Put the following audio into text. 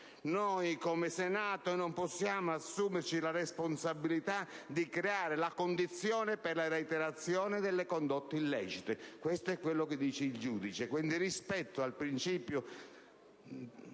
come Senato non possiamo assumerci la responsabilità di creare la condizione per la reiterazione delle condotte illecite. Questo è quanto prevede il giudice. Dunque, rispetto al principio